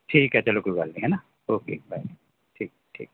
ਠੀਕ ਹੈ ਚਲੋ ਕੋਈ ਗੱਲ ਨਹੀਂ ਹੈ ਨਾ ਓਕੇ ਬਾਏ ਠੀਕ ਠੀਕ